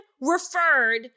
referred